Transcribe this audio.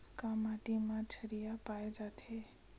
का माटी मा क्षारीय पाए जाथे?